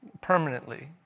permanently